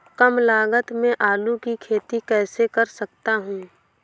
कम लागत में आलू की खेती कैसे कर सकता हूँ?